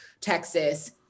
Texas